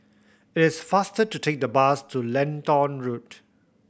it's faster to take the bus to Lentor Road